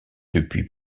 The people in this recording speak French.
depuis